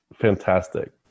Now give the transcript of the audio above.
fantastic